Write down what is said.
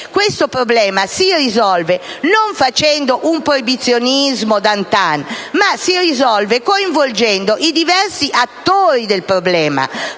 Il problema si risolve non facendo un proibizionismo *d'antan*, ma coinvolgendo i diversi attori del problema,